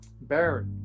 Baron